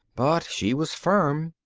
but she was firm.